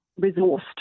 resourced